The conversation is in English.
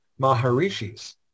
Maharishis